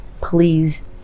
please